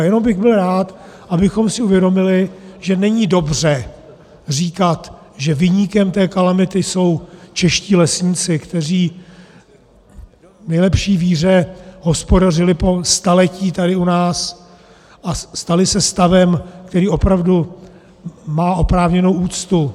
Jenom bych byl rád, abychom si uvědomili, že není dobře říkat, že viníkem té kalamity jsou čeští lesníci, kteří v nejlepší víře hospodařili po staletí tady u nás a stali se stavem, který opravdu má oprávněnou úctu.